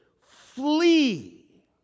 Flee